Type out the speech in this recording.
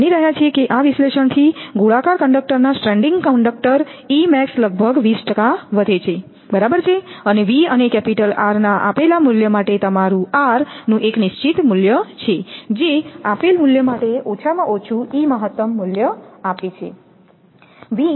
અમે માની રહ્યા છીએ કે આ વિશ્લેષણથી ગોળાકાર કંડકટરના સ્ટ્રેન્ડિંગ કંડકટર E max લગભગ 20 વધે છે બરાબર અને V અને કેપિટલ R ના આપેલા મૂલ્ય માટે તમારું r નું એક નિશ્ચિત મૂલ્ય છે જે આપેલ મૂલ્ય માટે ઓછામાં ઓછું E મહત્તમ મૂલ્ય આપે છે